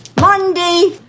Monday